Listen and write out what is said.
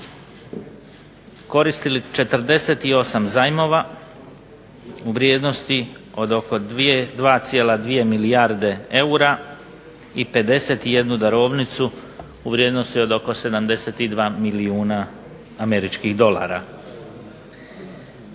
koristili 48 zajmova u vrijednosti od oko 2,2 milijarde eura i 51 darovnicu u vrijednosti od oko 72 milijuna američkih dolara.